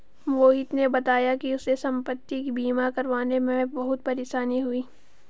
मोहित ने बताया कि उसे संपति बीमा करवाने में बहुत परेशानी हुई